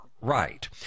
Right